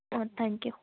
oh thank you